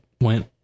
went